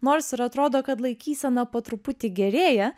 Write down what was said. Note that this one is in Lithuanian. nors ir atrodo kad laikysena po truputį gerėja